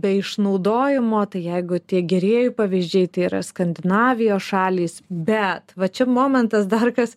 be išnaudojimo tai jeigu tie gerieji pavyzdžiai tai yra skandinavijos šalys bet va čia momentas dar kas